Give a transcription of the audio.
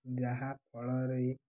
ଯାହାଫଳରେ